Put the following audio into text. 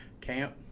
camp